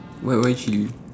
why why chilli